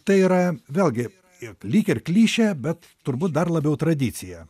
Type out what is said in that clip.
tai yra vėlgi i lyg ir klišė bet turbūt dar labiau tradicija